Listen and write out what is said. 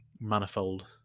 manifold